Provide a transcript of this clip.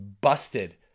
busted